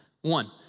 One